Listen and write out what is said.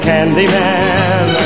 Candyman